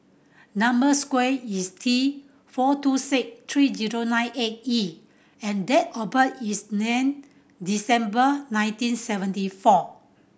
number sequence is T four two six three zero nine eight E and date of birth is December nineteen seventy four